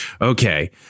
okay